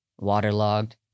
waterlogged